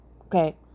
okay